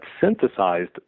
synthesized